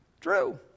true